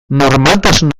normaltasun